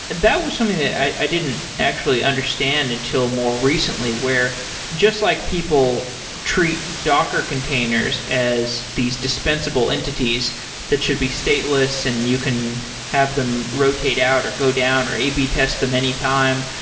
that was something that i didn't actually understand until more recently, where just like people treat docker containers as these dispensable entities that should be stateless and you can have them rotate out or go down or a b test them anytime,